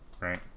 right